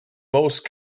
most